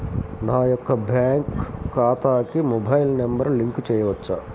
నా యొక్క బ్యాంక్ ఖాతాకి మొబైల్ నంబర్ లింక్ చేయవచ్చా?